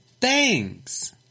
Thanks